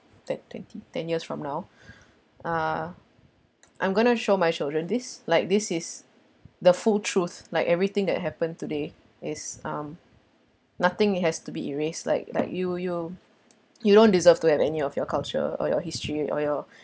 that twenty ten years from now uh I'm going to show my children this like this is the full truth like everything that happened today is um nothing it has to be erased like like you you you don't deserve to have any of your culture or your history or your